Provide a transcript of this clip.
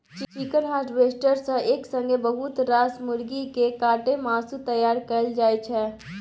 chicken harvester सँ एक संगे बहुत रास मुरगी केँ काटि मासु तैयार कएल जाइ छै